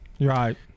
Right